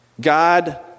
God